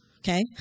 Okay